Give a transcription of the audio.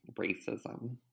racism